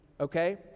okay